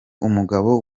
umugabo